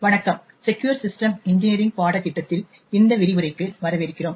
வணக்கம் secure system engineering பாடத்திட்டத்தில் இந்த விரிவுரைக்கு வரவேற்கிறோம்